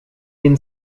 been